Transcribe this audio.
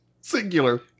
Singular